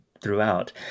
throughout